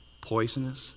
poisonous